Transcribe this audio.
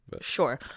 Sure